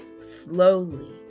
slowly